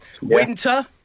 Winter